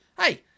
Hey